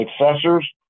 successors